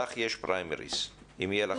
לך יש פריימריז, אם יהיה לך זמן.